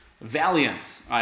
valiance